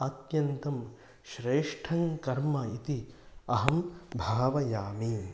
अत्यन्तं श्रेष्ठं कर्म इति अहं भावयामि